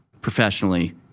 professionally